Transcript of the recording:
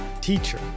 Teacher